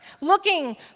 looking